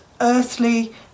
earthly